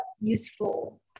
useful